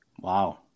wow